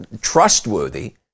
trustworthy